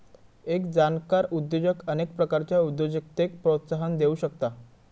एक जाणकार उद्योजक अनेक प्रकारच्या उद्योजकतेक प्रोत्साहन देउ शकता